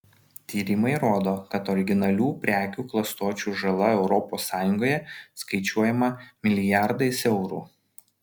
tyrimai rodo kad originalių prekių klastočių žala europos sąjungoje skaičiuojama milijardais eurų